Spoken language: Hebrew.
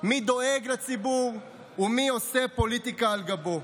מי דואג לציבור ומי עושה פוליטיקה על גבו.